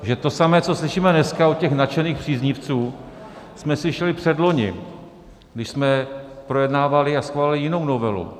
Že to samé, co slyšíme dneska od těch nadšených příznivců, jsme slyšeli předloni, když jsme projednávali a schvalovali jinou novelu.